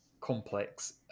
complex